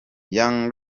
young